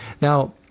Now